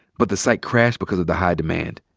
but the site crashed because of the high demand.